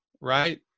right